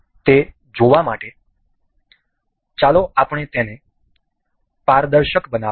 તે જોવા માટે ચાલો આપણે તેને પારદર્શક બનાવીએ